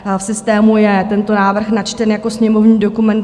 V systému je tento návrh načten jako sněmovní dokument 2481.